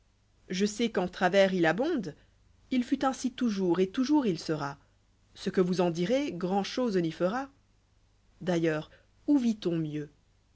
je sais qu'en travers il abonde il fut ainsi toujours et toujours il sera ce que vous en direz grand'chose n'y fera d'ailleurs où vit-on mieux